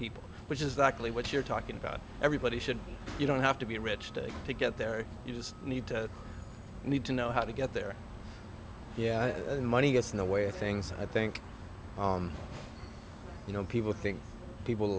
people which is actually what you're talking about everybody should be you don't have to be rich today to get there you just need to need to know how to get there yeah money gets in the way of things i think you know people think people a